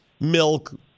milk